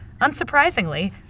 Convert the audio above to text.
Unsurprisingly